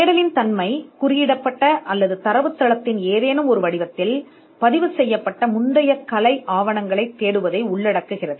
தேடலின் தன்மை குறியிடப்பட்ட அல்லது தரவுத்தளத்தின் ஏதேனும் ஒரு வடிவத்தில் பதிவுசெய்யப்பட்ட முந்தைய கலை ஆவணங்களைத் தேடுவதை உள்ளடக்குகிறது